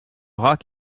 rat